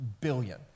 billion